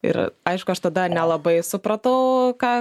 ir aišku aš tada nelabai supratau ką